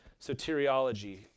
soteriology